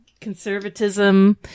Conservatism